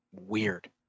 weird